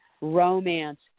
romance